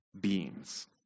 beings